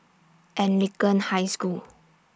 Anglican High School